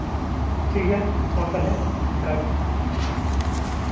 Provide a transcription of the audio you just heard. ᱴᱷᱤᱠ ᱜᱮᱭᱟ ᱢᱟ ᱛᱟᱦᱞᱮ ᱚᱱᱠᱟᱜᱮ